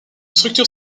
structure